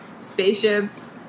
spaceships